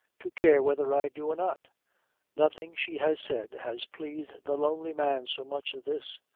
to care whether i do or not nothing she has said has pleased the lonely man so much this.